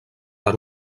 per